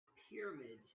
pyramids